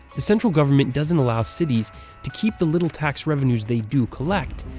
the central government doesn't allow cities to keep the little tax revenues they do collect.